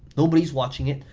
nobody's watching it,